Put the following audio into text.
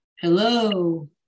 Hello